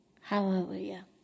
Hallelujah